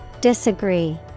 Disagree